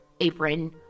apron